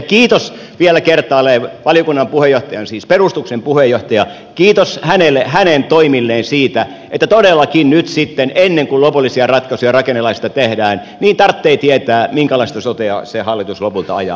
kiitos vielä kertaalleen valiokunnan puheenjohtajalle siis perustuksen puheenjohtajalle kiitos hänen toimistaan että todellakin nyt sitten ennen kuin lopullisia ratkaisuja rakennelaista tehdään tarvitsee tietää minkälaista sotea se hallitus lopulta ajaa